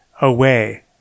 away